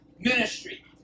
ministry